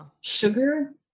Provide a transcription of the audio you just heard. sugar